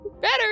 better